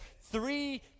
three